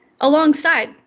alongside